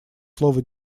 слово